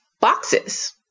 boxes